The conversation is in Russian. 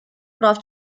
прав